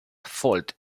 fault